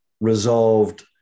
resolved